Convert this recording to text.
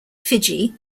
fiji